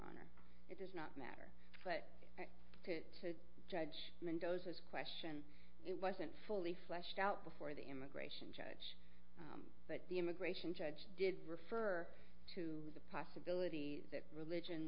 it does not matter but to judge mendoza's question it wasn't fully fleshed out before the immigration judge but the immigration judge did refer to the possibility that religion